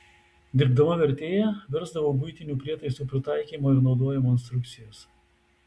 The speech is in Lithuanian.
dirbdama vertėja versdavau buitinių prietaisų pritaikymo ir naudojimo instrukcijas